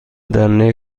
دنده